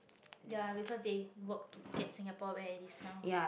ya because they worked to get singapore where it is now